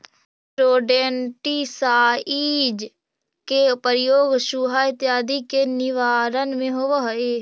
rodenticide के प्रयोग चुहा इत्यादि के निवारण में होवऽ हई